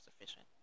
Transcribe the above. sufficient